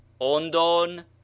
ondon